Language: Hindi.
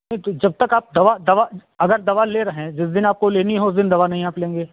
नहीं तो जब तक आप दवा दवा अगर दवा ले रहे हैं जिस दिन आपको लेनी हो उस दिन दवा नहीं आप लेंगे